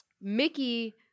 Mickey